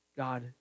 God